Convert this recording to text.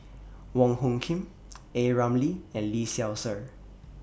Wong Hung Khim A Ramli and Lee Seow Ser